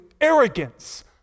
arrogance